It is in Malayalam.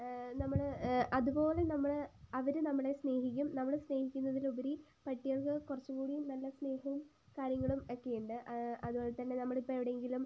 നമ്മള് അതുപോലെ നമ്മള് അവര് നമ്മളെ സ്നേഹിക്കും നമ്മള് സ്നേഹിക്കുന്നതിലുപരി പട്ടികൾക്ക് കുറച്ചുകൂടി നല്ല സ്നേഹവും കാര്യങ്ങളും ഒക്കെ ഉണ്ട് അതുപോൽത്തന്നെ നമ്മളിപ്പോൾ എവിടെയെങ്കിലും